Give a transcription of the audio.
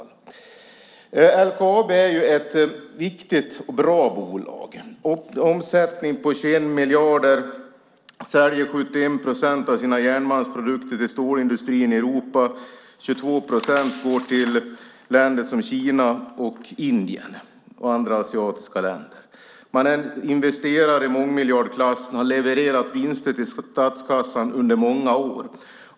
LKAB är ett viktigt och bra bolag med en omsättning på 21 miljarder. Det säljer 71 procent av sina järnmalmsprodukter till stålindustrin i Europa, och 22 procent går till länder som Kina, Indien och andra asiatiska länder. Man investerar i mångmiljardklassen och har investerat vinster till statskassan under många år.